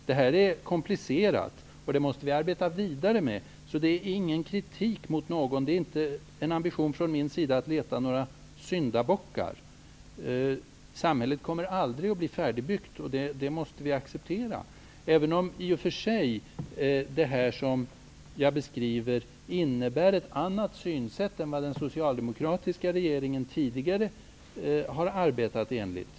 Allt detta är komplicerat, och vi måste arbeta vidare med det. Men det innebär ingen kritik från min sida. Min ambition är inte att leta syndabockar. Samhället kommer aldrig att bli färdigbyggt. Det måste vi acceptera, även om det som jag här beskriver i och för sig innebär ett annat synsätt än det som den socialdemokratiska regeringen tidigare har givit uttryck för.